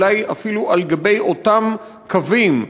אולי אפילו על גבי אותם קווים,